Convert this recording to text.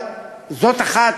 אבל זו אחת